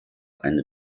eine